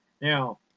Now